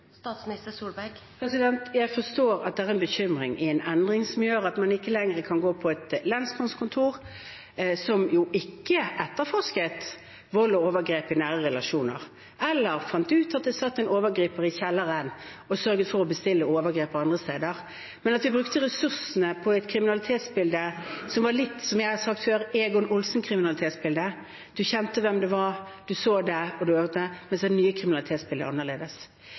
Jeg forstår at det er bekymring for en endring som gjør at man ikke lenger kan gå på et lensmannskontor – som jo ikke etterforsket vold og overgrep i nære relasjoner, eller fant ut at det satt en overgriper i kjelleren og bestilte overgrep fra andre steder, men at vi brukte ressursene på et kriminalitetsbilde som var litt, som jeg har sagt før, Egon Olsen-aktig. Man visste hvem det var, man så det, man hørte det, mens det nye kriminalitetsbildet er annerledes. Jeg synes egentlig vi som politikere skal stå opp for et politi som gjør det